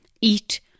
eat